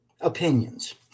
opinions